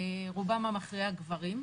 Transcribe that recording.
רובם המכריע גברים.